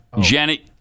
Janet